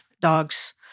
dogs